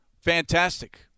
Fantastic